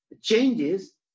changes